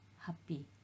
happy